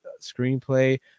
screenplay